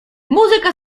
muzyka